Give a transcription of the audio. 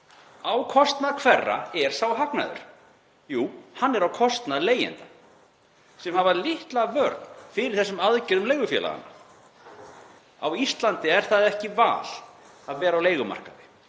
Á kostnað hverra er sá hagnaður? Jú, hann er á kostnað leigjenda sem hafa litla vörn fyrir þessum aðgerðum leigufélaganna. Á Íslandi er það ekki val að vera á leigumarkaði.